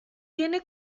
tiene